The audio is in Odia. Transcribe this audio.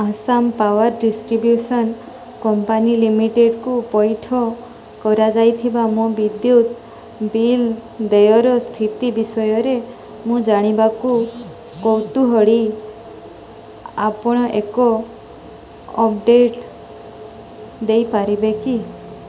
ଆସାମ ପାୱାର୍ ଡିଷ୍ଟ୍ରିବ୍ୟୁସନ୍ କମ୍ପାନୀ ଲିମିଟେଡ଼୍କୁ ପଇଠ କରାଯାଇଥିବା ମୋ ବିଦ୍ୟୁତ ବିଲ୍ ଦେୟର ସ୍ଥିତି ବିଷୟରେ ମୁଁ ଜାଣିବାକୁ କୌତୁହଳ ଆପଣ ଏକ ଅପଡ଼େଟ୍ ଦେଇପାରିବେ କି